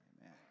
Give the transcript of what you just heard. Amen